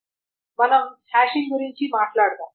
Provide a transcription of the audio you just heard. కాబట్టి మనం హాషింగ్ గురించి మాట్లాడదాం